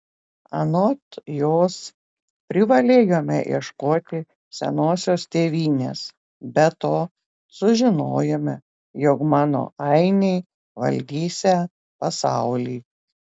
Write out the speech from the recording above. anot jos privalėjome ieškoti senosios tėvynės be to sužinojome jog mano ainiai valdysią pasaulį